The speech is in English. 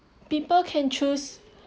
people can choose